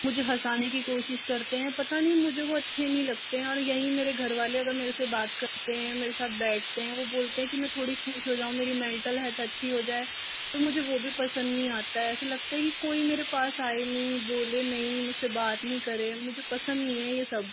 मुझे हँसाने की कोशिश करते हैं पता नहीं मुझे वो अच्छे नहीं लगते और यहीं मेरे घर वाले अगर मेरे से बात करते हैं मेरे साथ बैठते हैं वो बोलते हैं कि मैं थोड़ी खुश हो जाऊँ मेरी मेंटल हेल्थ अच्छी हो जाए तो मुझे वो भी पसंद नहीं आता है ऐसा लगता है कि कोई मेरे पास आये नहीं बोले नहीं मुझसे बात नहीं करे मुझे पसंद नहीं है ये सब